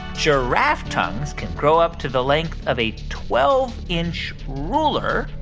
giraffe tongues can grow up to the length of a twelve inch ruler?